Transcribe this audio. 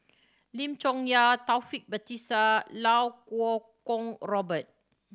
Lim Chong Yah Taufik Batisah Iau Kuo Kwong Robert